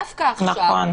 דווקא עכשיו,